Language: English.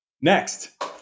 Next